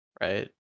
right